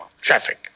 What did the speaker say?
Traffic